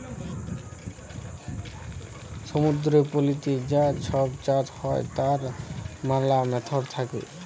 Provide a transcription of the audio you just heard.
সমুদ্দুরের পলিতে যা ছব চাষ হ্যয় তার ম্যালা ম্যাথড থ্যাকে